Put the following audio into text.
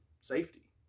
safety